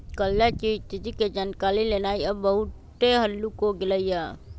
कर्जा की स्थिति के जानकारी लेनाइ अब बहुते हल्लूक हो गेल हइ